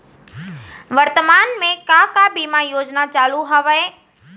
वर्तमान में का का बीमा योजना चालू हवये